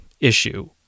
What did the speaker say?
issue